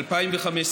2015,